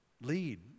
lead